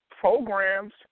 programs